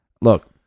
Look